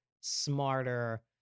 smarter